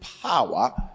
power